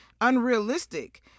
unrealistic